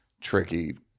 tricky